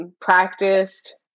practiced